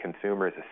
consumers